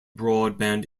broadband